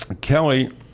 kelly